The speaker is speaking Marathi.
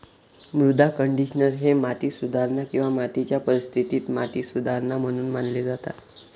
मृदा कंडिशनर हे माती सुधारणा किंवा मातीच्या परिस्थितीत माती सुधारणा म्हणून मानले जातात